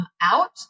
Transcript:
out